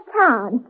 town